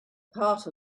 part